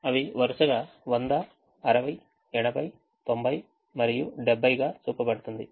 అవి వరుసగా 100 60 80 90 మరియు 70 గా చూపబడుతుంది